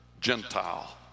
Gentile